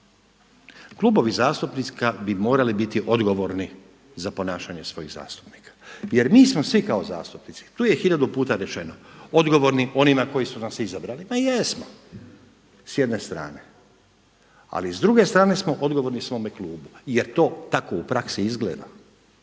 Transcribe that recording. Klubovi zastupnika bi morali biti odgovorni za ponašanje svojih zastupnika jer mi smo svi kao zastupnici, tu je hiljadu puta rečeno odgovorni onima koji su nas izabrali, ma jesmo, s jedne strane. Ali s druge strane smo odgovorni svome klubu jer to tako u praksi izgleda.